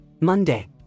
Monday